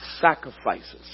sacrifices